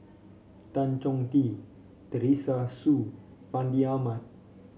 Tan Chong Tee Teresa Hsu Fandi Ahmad